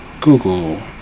Google